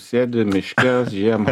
sėdi miške žiemą